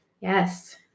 Yes